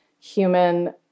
human